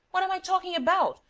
what am i talking about?